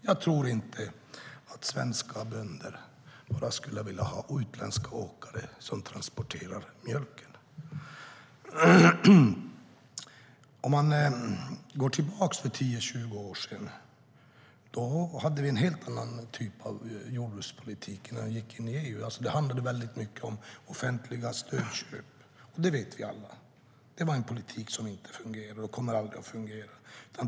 Jag tror inte att svenska bönder bara skulle vilja ha utländska åkare som transporterar mjölken. Om man går tillbaka 10-20 år hade vi en helt annan typ av jordbrukspolitik när vi gick in i EU. Det handlade väldigt mycket om offentliga stödköp. Det vet vi alla var en politik som inte fungerade och aldrig kommer att fungera.